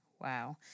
Wow